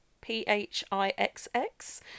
P-H-I-X-X